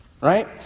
Right